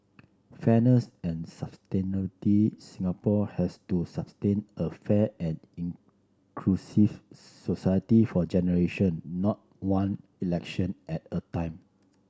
fairness and Singapore has to sustain a fair and inclusive society for generation not one election at a time